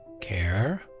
care